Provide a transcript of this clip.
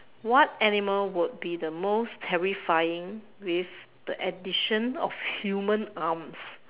what animal would be the most terrifying with the addition of human arms